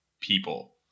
people